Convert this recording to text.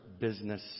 business